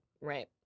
Right